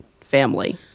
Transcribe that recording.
family